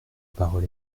parole